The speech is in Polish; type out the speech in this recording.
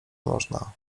można